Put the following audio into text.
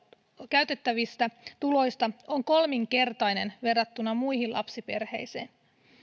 käytettävistä tuloista on kolminkertainen verrattuna muihin lapsiperheisiin